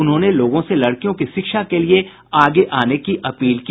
उन्होंने लोगों से लड़कियों की शिक्षा के लिए आगे आने की अपील की